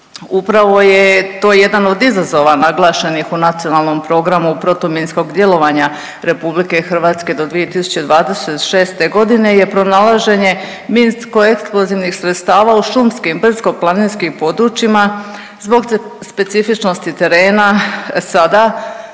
Upravo je to jedan od izazova naglašenih u Nacionalnom programu protuminskog djelovanja RH do 2026. g. je pronalaženje minsko-eksplozivnih sredstava u šumskim, brdsko-planinskim područjima zbog specifičnosti terena, sada